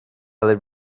lid